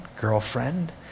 girlfriend